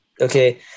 okay